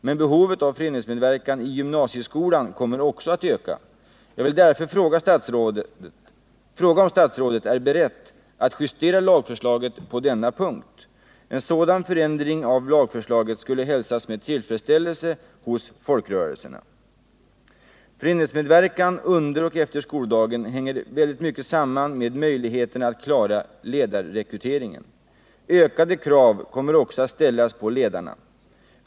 Men behovet av föreningsmedverkan i gymnasieskolan kommer också att öka. Jag vill därför fråga om statsrådet är beredd att justera lagförslaget på denna punkt. En sådan förändring av lagförslaget skulle hälsas med tillfredsställelse hos folkrörelserna. Föreningsmedverkan under och efter skoldagen hänger väldigt mycket samman med möjligheterna att klara ledarrekryteringen. Ökade krav kommer också att ställas på ledarna.